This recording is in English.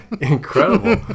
incredible